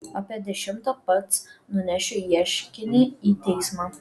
apie dešimtą pats nunešiu ieškinį į teismą